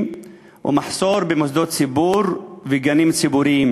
מחסור במוסדות ציבור וגנים ציבוריים,